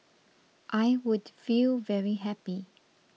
I would feel very happy